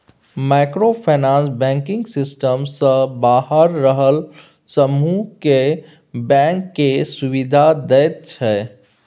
micro finance banking system सँ बाहर रहल समुह केँ बैंक केर सुविधा दैत छै